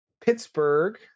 Pittsburgh